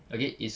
okay it's